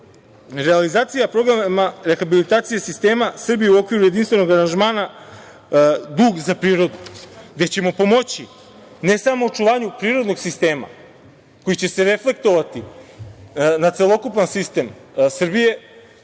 ovde. Realizacija programa rehabilitacije sistema Srbija u okviru jedinstvenog aranžmana dug za prirodu gde ćemo pomoći ne samo očuvanju prirodnog sistema koji će se reflektovati na celokupan sistem Srbije